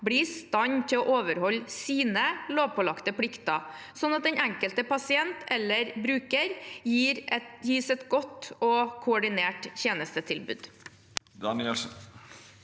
blir i stand til å overholde sine lovpålagte plikter, sånn at den enkelte pasient eller bruker gis et godt og koordinert tjenestetilbud.